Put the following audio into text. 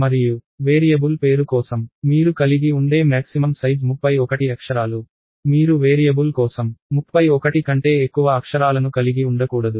మరియు వేరియబుల్ పేరు కోసం మీరు కలిగి ఉండే మ్యాక్సిమం సైజ్ 31 అక్షరాలు మీరు వేరియబుల్ కోసం 31 కంటే ఎక్కువ అక్షరాలను కలిగి ఉండకూడదు